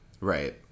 Right